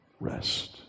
rest